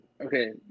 Okay